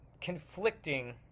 conflicting